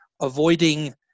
avoiding